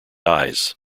eyes